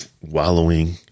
wallowing